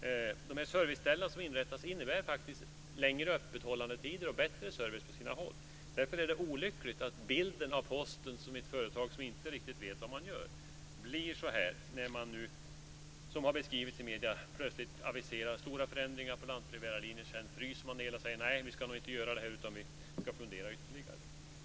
De serviceställen som inrättas innebär längre öppethållandetider och bättre service på sina håll. Därför är det olyckligt att det sprids en bild av Posten som ett företag som inte riktigt vet vad man gör när man - som det har beskrivits i medierna - plötsligt aviserar stora förändringar för lantbrevbärarlinjerna och sedan fryser det hela och säger att man ska fundera ytterligare.